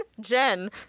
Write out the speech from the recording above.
Jen